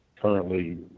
currently